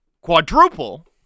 quadruple